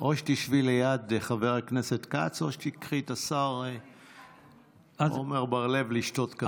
או שתשבי ליד חבר הכנסת כץ או שתיקחי את השר עמר בר לב לשתות קפה.